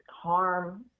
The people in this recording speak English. harm –